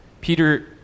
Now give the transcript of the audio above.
Peter